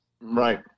Right